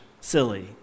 silly